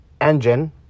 engine